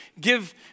give